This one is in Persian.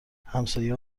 همسایه